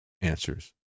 answers